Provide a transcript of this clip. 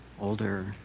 older